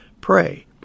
Pray